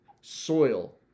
soil